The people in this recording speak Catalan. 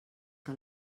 que